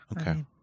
Okay